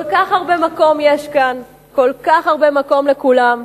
כל כך הרבה מקום יש כאן, כל כך הרבה מקום לכולם,